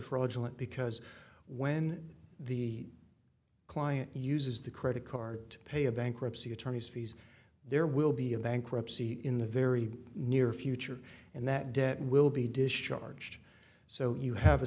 fraudulent because when the client uses the credit card pay a bankruptcy attorneys fees there will be a bankruptcy in the very near future and that debt will be discharged so you have a